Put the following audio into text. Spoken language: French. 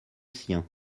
sien